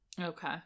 okay